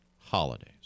holidays